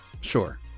Sure